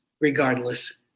regardless